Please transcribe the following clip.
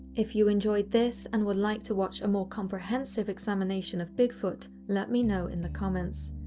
if you enjoyed this and would like to watch a more comprehensive examination of bigfoot, let me know in the comments!